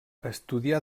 estudià